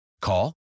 Call